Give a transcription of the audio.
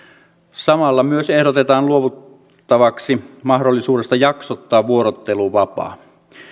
samalla myös ehdotetaan luovuttavaksi mahdollisuudesta jaksottaa vuorotteluvapaa